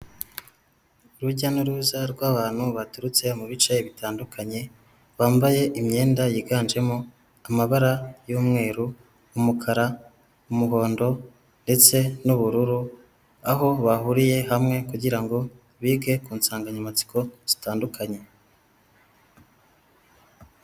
Urujya n'uruza rw'abantu baturutse mu bice bitandukanye, bambaye imyenda yiganjemo amabara y'umweru, umukara, umuhondo, ndetse n'ubururu, aho bahuriye hamwe, kugira ngo bige ku nsanganyamatsiko zitandukanye.